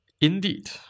Indeed